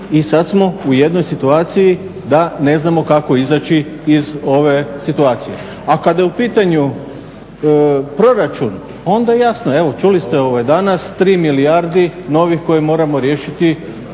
i sad smo u jednoj situaciji da ne znamo kako izaći iz ove situacije. A kada je u pitanju proračun, onda jasno, evo čuli ste danas, 3 milijarde novih koje moramo riješiti